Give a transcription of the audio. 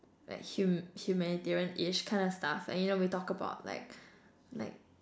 like hum~ humanitarianish kind of stuff and you know we talk about like like